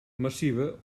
massiva